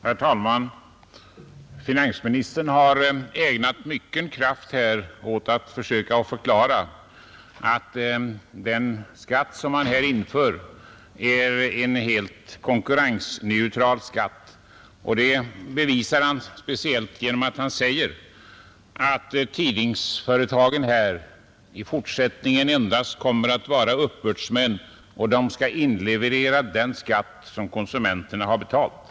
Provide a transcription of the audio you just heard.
Herr talman! Finansministern har ägnat mycken kraft åt att försöka förklara att den skatt som han här vill införa är en helt konkurrensneutral skatt. Detta bevisar han speciellt genom att säga att tidningsföretagen i fortsättningen endast kommer att vara uppbördsmän, som skall inleverera den skatt som konsumenterna har betalt.